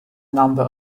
number